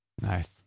Nice